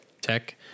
tech